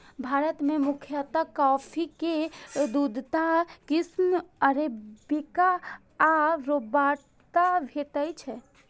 भारत मे मुख्यतः कॉफी के दूटा किस्म अरेबिका आ रोबास्टा भेटै छै